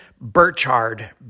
Burchard